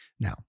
Now